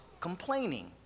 complaining